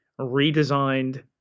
redesigned